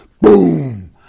Boom